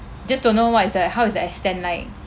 just don't know what is the how is the extent like